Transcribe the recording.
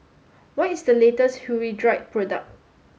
what is the latest Hirudoid product